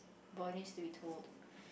boy needs to be told